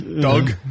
Doug